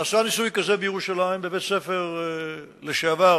נעשה ניסוי כזה בירושלים, בבית-ספר לשעבר